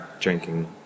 drinking